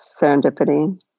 serendipity